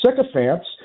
sycophants